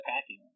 packing